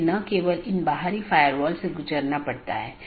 चौथा वैकल्पिक गैर संक्रमणीय विशेषता है